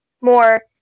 more